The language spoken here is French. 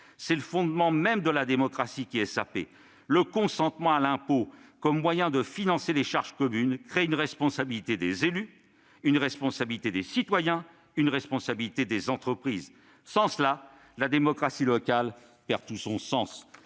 c'est le fondement même de la démocratie qui est sapé. Le consentement à l'impôt comme moyen de financer les charges communes crée une responsabilité des élus, mais également des citoyens et des entreprises. Sans cela, la démocratie locale perd tout son sens.